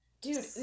dude